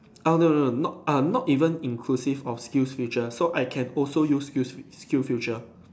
oh no no not um not even inclusive of SkillsFuture so I can also use use skill SkillsFuture